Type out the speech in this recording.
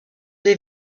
des